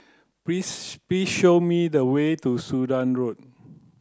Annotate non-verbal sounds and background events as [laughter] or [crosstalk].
please [unintelligible] please show me the way to Sudan Road